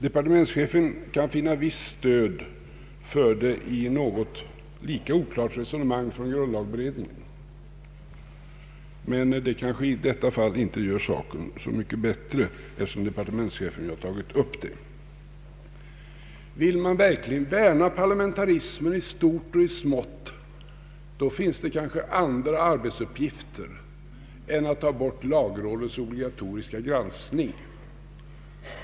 Departementschefen kan finna visst stöd härför i ett lika oklart resonemang från grundlagberedningens sida, men det kanske inte i detta fall gör saken för honom så mycket bättre, eftersom departementschefen har tagit upp det resonemanget. Vill man verkligen värna om parlamentarismen i stort och i smått, finns det kanske andra arbetsuppgifter än att ta bort lagrådets obligatoriska granskning.